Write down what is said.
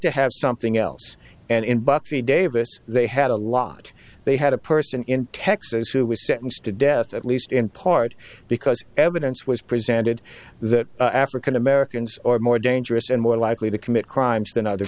to have something else and in buffy davis they had a lot they had a person in texas who was sentenced to death at least in part because evidence was presented that african americans are more dangerous and more likely to commit crimes than other